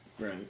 Right